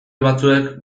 batzuek